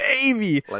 baby